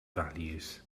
values